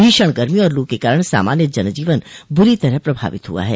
भीषण गर्मी और लू के कारण सामान्य जन जीवन बुरी तरह प्रभावित हुआ है